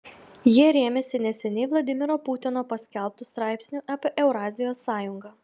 jie rėmėsi neseniai vladimiro putino paskelbtu straipsniu apie eurazijos sąjungą